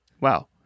wow